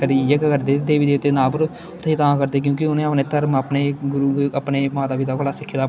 खरे इ'यै गै करदे हे देबी देबते दे नां उप्पर उत्थै तां करदे क्योंकि उ'नें अपने धर्म अपने गरू अपने माता पिता कोला सिक्खे दा भला